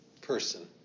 person